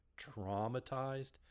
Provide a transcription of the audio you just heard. traumatized